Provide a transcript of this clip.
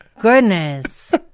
goodness